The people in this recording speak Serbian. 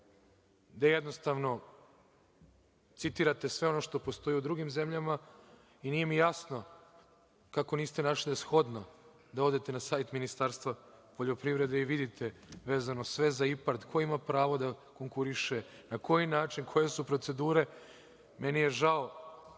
gde jednostavno citirate sve ono što postoji u drugim zemljama, i nije mi jasno kako niste našli za shodno da odete na sajt Ministarstva poljoprivrede i vidite vezano sve za IPARD, ko ima pravo da konkuriše, na koji način, koje su procedure. Meni je žao